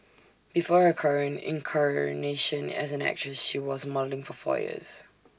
before her current incarnation as an actress she was modelling for four years